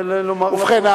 ובכן,